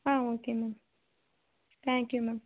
ah okay ma'am thank you ma'am